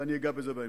ואגע בזה בהמשך.